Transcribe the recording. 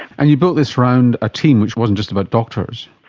and you built this around a team which wasn't just about doctors.